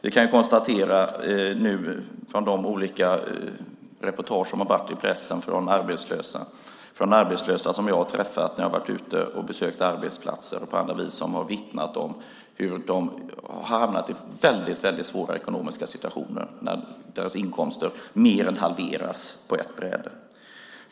Vi kan konstatera i olika reportage i pressen och från arbetslösa som jag har träffat när jag har varit ute och besökt arbetsplatser och på andra vis att de vittnar om hur de har hamnat i väldigt svåra ekonomiska situationer när deras inkomster mer än halverats på ett bräde.